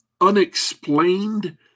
unexplained